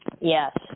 Yes